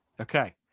Okay